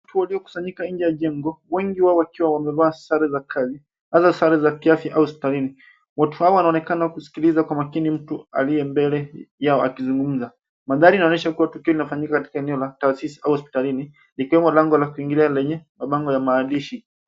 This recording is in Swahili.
Watu waliokusanyika nje ya jengo, wengi wao wakiwa wamevalia sare za kazi, hasa sare za kiafya au hospitalini . Watu hawa wanaonekana kusikiliza kwa makini mtu aliye mbele yao akizungumza. Mandhari yanaonyesha kuwa tukio linafanyika katika eneo la taasisi au hospitalini, likiwemo lango la kuingilia lenye mabango ya maandishi.